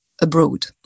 abroad